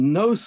no